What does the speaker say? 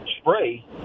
spray